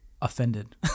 offended